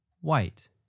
White